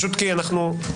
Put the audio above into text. כי פשוט כי אנחנו באיחור,